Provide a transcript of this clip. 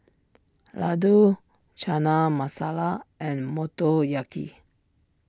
Ladoo Chana Masala and Motoyaki